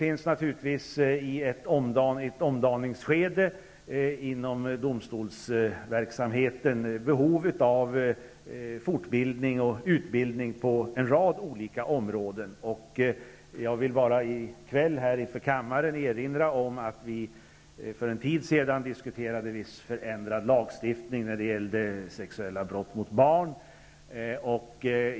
I ett omdaningsskede inom domstolsverksamheten finns det naturligtvis behov av fortbildning och utbildning på en rad olika områden. Jag vill i kväll inför kammaren bara erinra om att vi för en tid sedan diskuterade viss förändrad lagstiftning när det gäller sexuella brott mot barn.